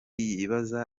yibaza